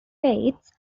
faiths